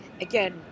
again